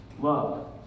love